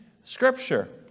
Scripture